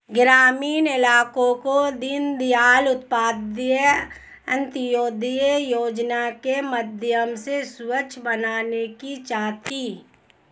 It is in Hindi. ग्रामीण इलाकों को दीनदयाल उपाध्याय अंत्योदय योजना के माध्यम से स्वच्छ बनाने की चाह थी